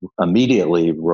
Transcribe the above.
immediately